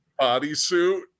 bodysuit